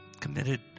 Committed